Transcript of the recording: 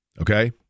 Okay